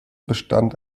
bestand